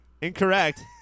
Incorrect